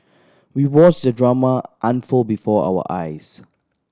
we watched the drama unfold before our eyes